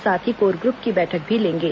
साथ ही core group की बैठक भी लेंगे